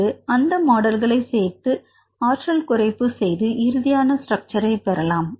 பின்பு அந்த மாடல்களை சேர்த்து ஆற்றல் குறைப்பு செய்து இறுதியான ஸ்ட்ரக்சர் பெறலாம்